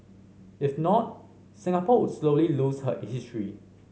if not Singapore would slowly lose her